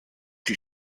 die